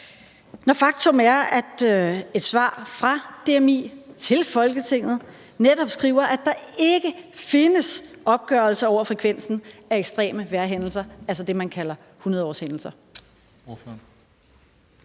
når faktum er, at DMI i et svar til Folketinget netop skriver, at der ikke findes opgørelser over frekvensen af ekstreme vejrhændelser, altså det, man kalder hundredeårshændelser.